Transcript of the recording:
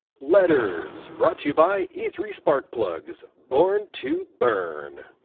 letterz brought to you by e three spark plugs born to burn.